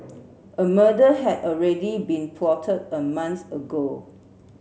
a murder had already been plotted a month ago